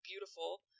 beautiful